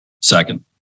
Second